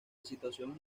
situación